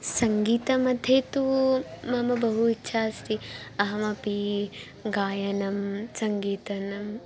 सङ्गीतमध्ये तु मम बहु इच्छा अस्ति अहमपि गायनं सङ्गीतम्